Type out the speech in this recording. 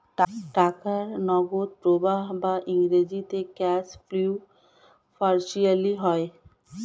টাকার নগদ প্রবাহ বা ইংরেজিতে ক্যাশ ফ্লো ভার্চুয়ালি হয়